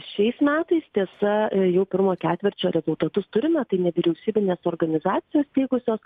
šiais metais tiesa jau pirmo ketvirčio rezultatus turime tai nevyriausybinės organizacijos teikusios